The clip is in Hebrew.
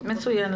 מצוין.